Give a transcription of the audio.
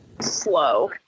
Slow